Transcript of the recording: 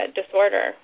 disorder